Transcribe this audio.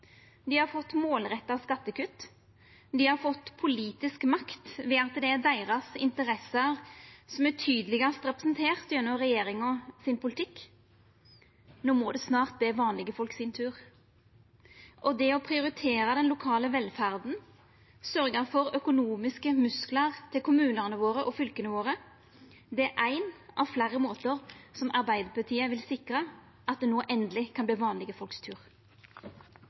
Dei har fått målretta skattekutt. Dei har fått politisk makt ved at det er deira interesser som er tydelegast representerte gjennom regjeringa sin politikk. No må det snart verta vanlege folk sin tur. Det å prioritera den lokale velferda og sørgja for økonomiske musklar til kommunane våre og fylka våre er ein av fleire måtar som Arbeidarpartiet vil sikra at det no endeleg kan verta vanlege folk sin tur.